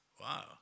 Wow